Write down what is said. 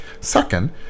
Second